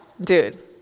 dude